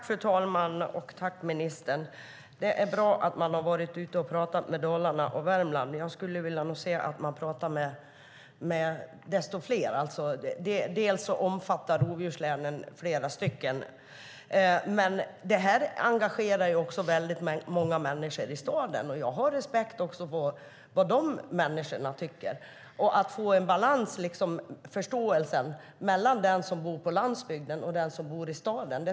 Fru talman! Det är bra att ministern har pratat med människor i Dalarna och Värmland. Jag skulle gärna se att man pratar med fler. Rovdjurslänen är fler. Detta engagerar många människor också i städerna. Jag har respekt för vad också de människorna tycker. Jag tycker att det är viktigt att få en balans och skapa förståelse mellan dem som bor på landsbygden och dem som bor i staden.